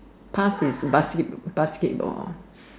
past is basket~ basketball